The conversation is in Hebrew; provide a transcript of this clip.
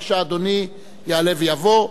בבקשה, אדוני, יעלה ויבוא.